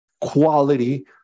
quality